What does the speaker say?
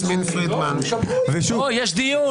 יש דיון.